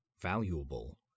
Valuable